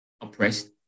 oppressed